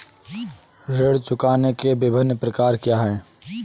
ऋण चुकाने के विभिन्न प्रकार क्या हैं?